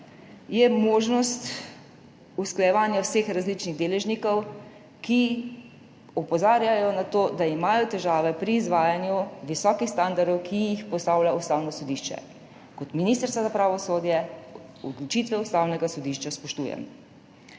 je možnost usklajevanja vseh različnih deležnikov, ki opozarjajo na to, da imajo težave pri izvajanju visokih standardov, ki jih postavlja Ustavno sodišče. Kot ministrica za pravosodje odločitve Ustavnega sodišča spoštujem.